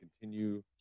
continue